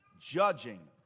judging